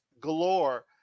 galore